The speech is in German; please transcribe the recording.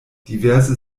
diverse